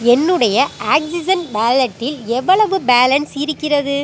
என்னுடைய ஆக்ஸிஜன் வாலெட்டில் எவ்வளவு பேலன்ஸ் இருக்கிறது